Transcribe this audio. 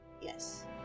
yes